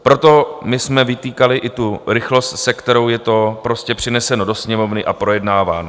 Proto my jsme vytýkali i tu rychlost, se kterou je to přineseno do Sněmovny a projednáváno.